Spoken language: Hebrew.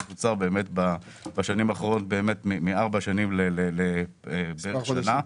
הוא קוצר בשנים האחרונות מארבע שנים לשנה בערך,